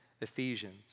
Ephesians